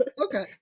Okay